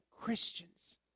Christians